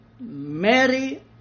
Mary